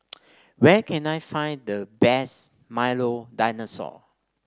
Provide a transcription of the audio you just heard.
where can I find the best Milo Dinosaur